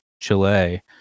Chile